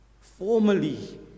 Formally